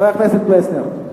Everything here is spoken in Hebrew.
חבר הכנסת פלסנר.